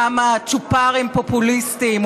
כמה צ'ופרים פופוליסטיים,